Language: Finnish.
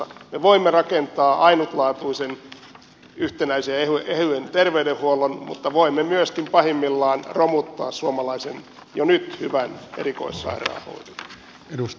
me voimme rakentaa ainutlaatuisen yhtenäisen ja ehyen terveydenhuollon mutta voimme myöskin pahimmillaan romuttaa suomalaisen jo nyt hyvän erikoissairaanhoidon